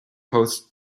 post